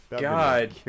God